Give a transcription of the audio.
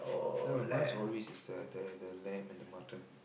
no mines always is the the lamb or the mutton